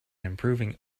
improving